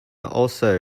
also